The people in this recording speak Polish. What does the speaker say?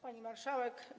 Pani Marszałek!